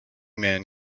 man